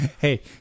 Hey